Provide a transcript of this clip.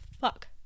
fuck